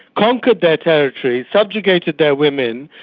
conquered their territory, subjugated their women,